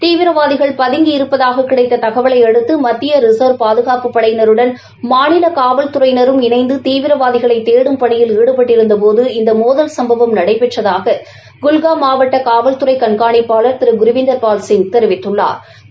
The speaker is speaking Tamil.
தீவிரவாதிகள் பதுங்கி இருப்பதாகக் கிடைத்த தகவலையடுத்து மத்திய ரிசர்வ் பாதுகாப்புப் படையினருடன் மாநில காவல்துறையினரும் இணைந்து தீவிரவாதிகளை தேடும் பணியில் ஈடுபட்டிருந்தபோது இந்த மோதல் சம்பவம் நடைபெற்றதாக குல்ஹாம் மாவட்ட காவல்துறை கண்காணிப்பாளா் திரு குருவிந்தா் பால்சிங் தெரிவித்துள்ளாா்